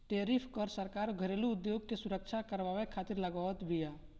tariff कर सरकार घरेलू उद्योग के सुरक्षा करवावे खातिर लगावत बिया